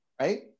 right